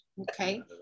okay